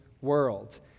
world